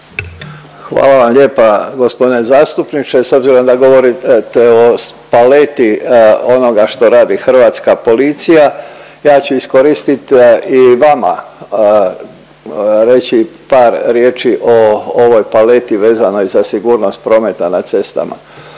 Hvala lijepa gospodine zastupniče. S obzirom da govorite o paleti onoga što radi hrvatska policija ja ću iskoristiti i vama reći par riječi o ovoj paleti vezanoj za sigurnost prometa na cestama.